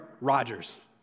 Rogers